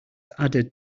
added